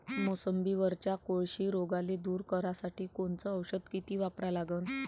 मोसंबीवरच्या कोळशी रोगाले दूर करासाठी कोनचं औषध किती वापरा लागन?